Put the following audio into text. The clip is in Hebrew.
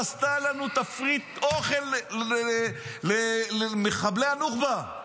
עשתה לנו תפריט אוכל למחבלי הנוח'בה.